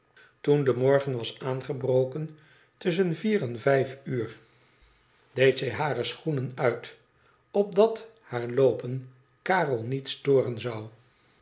toen de morgen was aangebroken tusschen vier en vijf uur deed zij bare schoenen uit opdat haar loopen karel niet storen zou